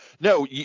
No